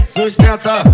Sustenta